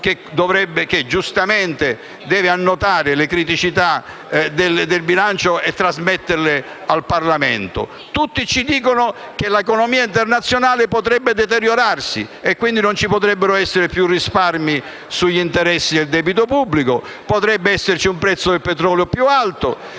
che giustamente deve annotare le criticità e trasmetterle al Parlamento. Tutti ci dicono che l'economia internazionale potrebbe deteriorarsi e quindi potrebbero non esserci più risparmi sugli interessi del debito pubblico, potrebbe esserci un prezzo del petrolio più alto,